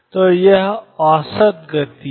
तो यह औसत गति है